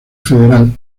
federal